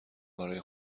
برای